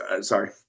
Sorry